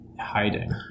hiding